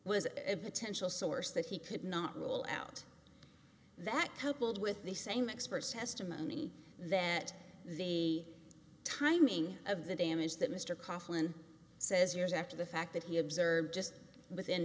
was a potential source that he could not rule out that coupled with the same experts testimony that the timing of the damage that mr kaufman says years after the fact that he observed just within